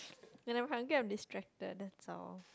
when I'm hungry I'm distracted that's all